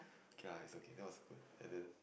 okay lah it's okay that was good and then